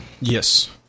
Yes